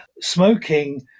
smoking